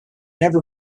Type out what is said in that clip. never